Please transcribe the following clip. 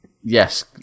Yes